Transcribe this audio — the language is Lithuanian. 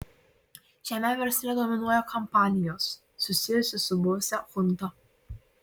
šiame versle dominuoja kompanijos susijusios su buvusia chunta